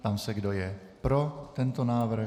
Ptám se, kdo je pro tento návrh?